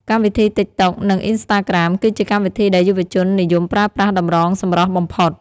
កម្មវិធីតីកតុក និង អុីនស្តាក្រាម គឺជាកម្មវិធីដែលយុវជននិយមប្រើប្រាស់តម្រងសម្រស់បំផុត។